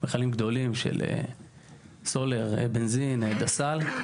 מכלים גדולים של סולר, בנזין, דס"ל,